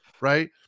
Right